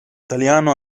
italiano